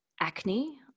acne